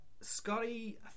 Scotty